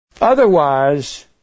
Otherwise